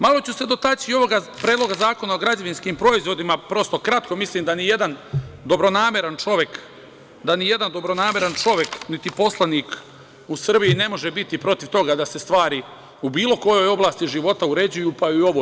Malo ću se dotaći i ovog Predloga zakona o građevinskim proizvodima, prosto, kratko, mislim da nijedan dobronameran čovek, niti poslanik u Srbiji ne može biti protiv toga da se stvari u bilo kojoj oblasti života uređuju pa i u ovoj.